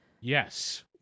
Yes